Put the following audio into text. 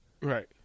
right